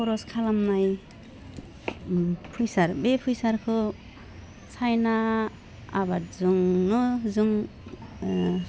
खर'स खालामनाय फैसा बे फैसाखौ साइना आबादजोंनो जों